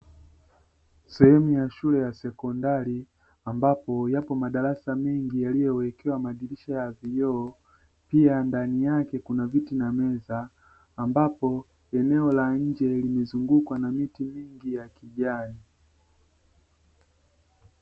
Sehemu ya shule ya sekondari ambapo yapo madarasa mengi yaliyowekewa madirirsha ya vioo, pia ndani yake kuna viti na meza ambapo eneo la nje limezungukwa na miti mingi ya kijani.